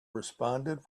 responded